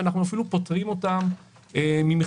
ואנחנו אפילו פוטרים אותם ממכרזים,